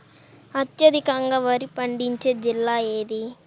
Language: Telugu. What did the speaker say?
అత్యధికంగా వరి పండించే జిల్లా ఏది?